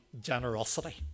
generosity